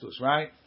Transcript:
right